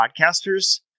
podcasters